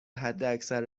حداکثر